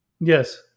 Yes